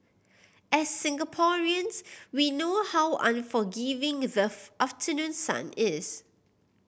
as Singaporeans we know how unforgiving the afternoon sun is